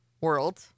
world